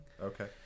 Okay